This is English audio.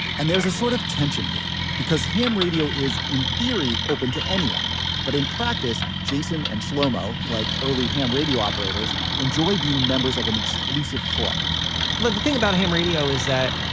and there's a sort of tension here because ham radio is in theory open to anyone but in practice jason and shlomo like early ham radio operators enjoy being members of an exclusive club but the thing about ham radio is that